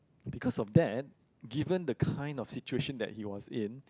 because of that given the kind of situation that he was in